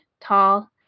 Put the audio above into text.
tall